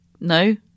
No